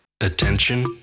Attention